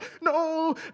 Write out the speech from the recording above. no